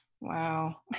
wow